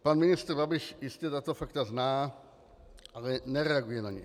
Pan ministr Babiš jistě tato fakta zná, ale nereaguje na ně.